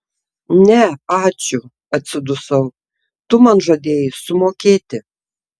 ne ačiū atsidusau tu man žadėjai sumokėti